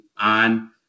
on